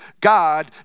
God